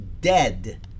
dead